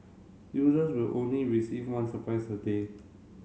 users will only receive one surprise a day